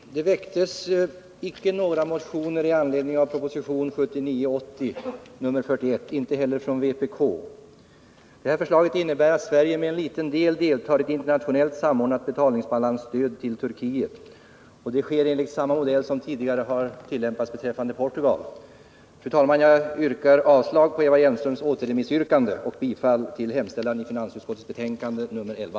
Fru talman! Det väcktes icke några motioner i anledning av propositionen 1979/80:41 — inte heller från vpk. Detta förslag innebär att Sverige med en liten del deltar i ett internationellt samordnat betalningsbalansstöd till Turkiet. Det sker enligt samma modell som tidigare har tillämpats beträffande Portugal. Fru talman! Jag yrkar avslag på Eva Hjelmströms återremissyrkande och bifall till hemställan i finansutskottets betänkande nr 11.